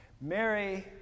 Mary